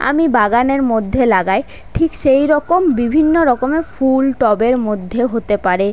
আমি বাগানের মধ্যে লাগা ঠিক সেই রকম বিভিন্ন রকমের ফুল টবের মধ্যে হতে পারে